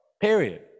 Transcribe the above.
period